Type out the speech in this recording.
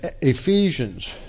Ephesians